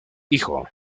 hijo